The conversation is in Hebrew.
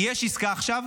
כי יש עסקה עכשיו,